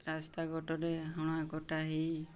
ରାସ୍ତା କଡ଼ରେ ହଣାକଟା ହେଇ